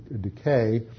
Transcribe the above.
decay